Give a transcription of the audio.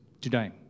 today